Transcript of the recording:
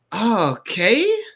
okay